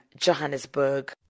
johannesburg